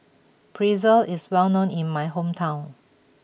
Pretzel is well known in my hometown